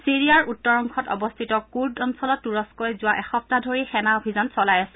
ছিৰিয়াৰ উত্তৰ অংশত অৱস্থিত কুৰ্ড অঞ্চলত তৃৰস্কই যোৱা এসপ্তাহ ধৰি সেনা অভিযান চলাই আছে